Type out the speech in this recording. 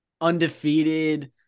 undefeated